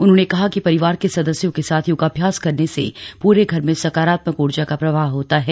उन्होंने कहा कि परिवार के सदस्यों के साथ योगाभ्यास करने से पूरे घर में सकारात्मक ऊर्जा का प्रवाह होता है